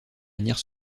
manière